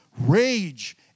rage